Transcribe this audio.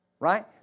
Right